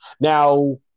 Now